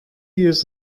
years